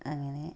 അങ്ങനെ